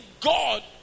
God